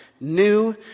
new